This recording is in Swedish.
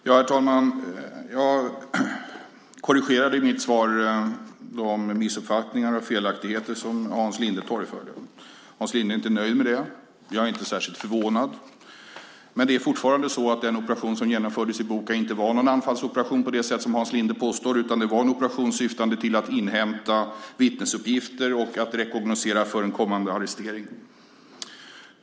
Herr talman! Jag korrigerade i mitt svar de missuppfattningar och felaktigheter som Hans Linde torgförde. Hans Linde är inte nöjd med det. Jag är inte särskilt förvånad. Det är fortfarande så att den operation som genomfördes i Boka inte var någon anfallsoperation på det sätt som Hans Linde påstår, utan det var en operation syftande till att inhämta vittnesuppgifter och att rekognoscera för en kommande arrestering.